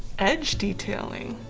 edge detailing